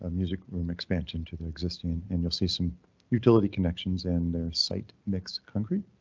ah music room expansion to the existing and you'll see some utility connections and their site mix concrete.